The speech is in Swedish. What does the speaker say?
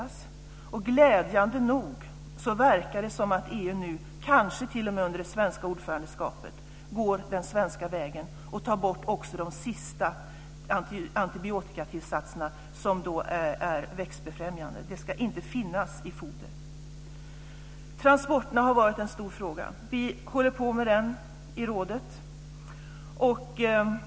Glädjande nog verkar det som att EU nu, kanske t.o.m. under det svenska ordförandeskapet, går den svenska vägen och tar bort de sista antibiotikatillsatserna som är växtbefrämjande. De ska inte finnas i fodret. Transporterna har varit en stor fråga. Vi håller på med den i rådet.